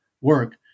work